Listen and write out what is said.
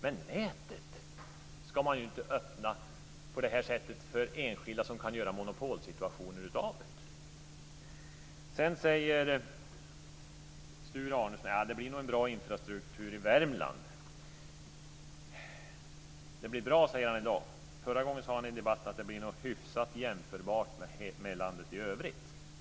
Men nätet ska man inte öppna på det här sättet för enskilda som kan göra monopolsituationer av det. Sedan säger Sture Arnesson att det nog blir en bra infrastruktur i Värmland. Det blir bra, säger han i dag. Förra gången sade han i debatten att det nog blir hyfsat jämförbart med landet i övrigt.